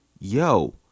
yo